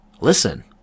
Listen